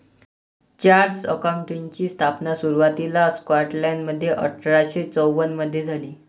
chartered अकाउंटंटची स्थापना सुरुवातीला स्कॉटलंडमध्ये अठरा शे चौवन मधे झाली